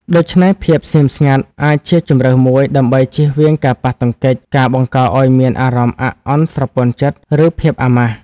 ដូច្នេះ ភាពស្ងៀមស្ងាត់អាចជាជម្រើសមួយ ដើម្បីជៀសវាងការប៉ះទង្គិច ការបង្កឱ្យមានអារម្មណ៍អាក់អន់ស្រពន់ចិត្ត ឬភាពអាម៉ាស់។